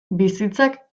bizitzak